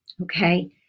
okay